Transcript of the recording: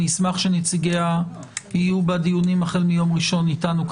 אשמח שנציגיה יהיו בדיונים בחדר פה אתנו מיום ראשון.